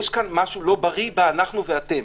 יש כאן משהו לא בריא ב"אנחנו ואתם".